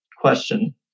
question